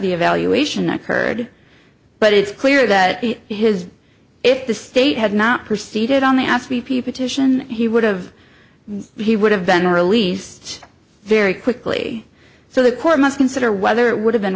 the evaluation occurred but it's clear that his if the state had not proceeded on the ask b p petition he would have he would have been released very quickly so the court must consider whether it would have been